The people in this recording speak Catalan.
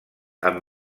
amb